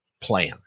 plan